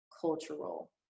cultural